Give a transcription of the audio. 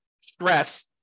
stress